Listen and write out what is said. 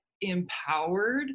empowered